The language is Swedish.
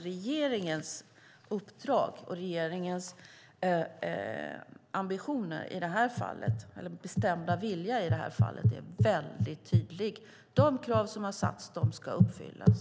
Regeringens uppdrag och regeringens bestämda vilja och ambition är tydlig. Kraven ska uppfyllas.